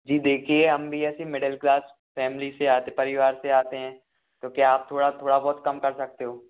जी देखिए हम भी ऐसे मिडिल क्लास फैमिली से आते परिवार से आते हैं तो क्या आप थोड़ा थोड़ा बहुत कम कर सकते हो